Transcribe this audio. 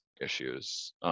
issues